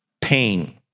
pain